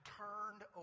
turned